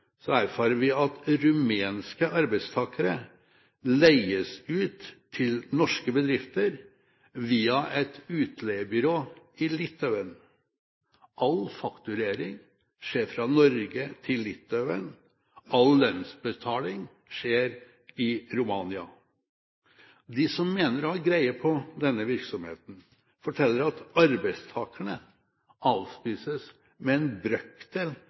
erfarer vi at rumenske arbeidstakere leies ut til norske bedrifter via et utleiebyrå i Litauen. All fakturering skjer fra Norge til Litauen, all lønnsbetaling skjer i Romania. De som mener å ha greie på denne virksomheten, forteller at arbeidstakerne avspises med en brøkdel